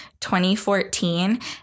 2014